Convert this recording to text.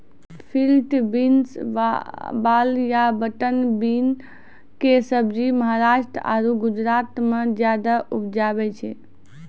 field beans, वाल या butter bean कॅ सब्जी महाराष्ट्र आरो गुजरात मॅ ज्यादा उपजावे छै